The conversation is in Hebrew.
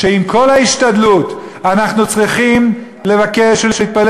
שעם כל ההשתדלות אנחנו צריכים לבקש ולהתפלל